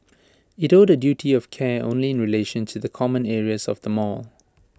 IT owed A duty of care only in relation to the common areas of the mall